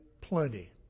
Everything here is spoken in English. Plenty